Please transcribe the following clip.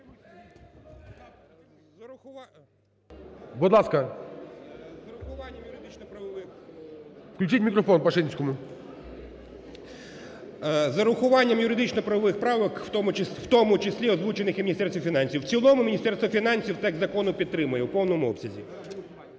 в цілому Міністерство фінансів текст закону підтримує в повному обсязі.